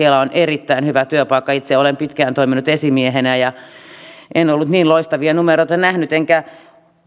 kela on erittäin hyvä työpaikka itse olen pitkään toiminut esimiehenä ja en ollut niin loistavia numeroita nähnyt enkä